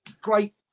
great